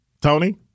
Tony